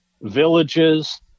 villages